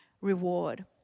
reward